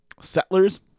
Settlers